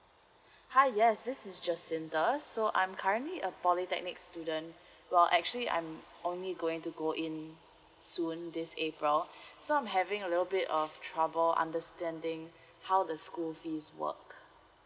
hi yes this is jacinta so I'm currently a polytechnic student well actually I'm only going to go in soon this april so I'm having a little bit of trouble understanding how the school fees work